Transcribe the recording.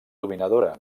dominadora